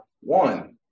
one